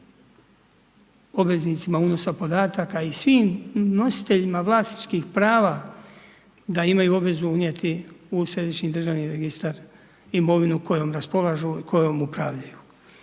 obveznicima unosa podataka i svim nositeljima vlasničkih prava da imaju obvezu unijeti u središnji državni registar imovinu kojom raspolažu i kojom upravljaju.